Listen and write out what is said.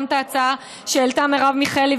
גם את ההצעה שהעלתה מרב מיכאלי,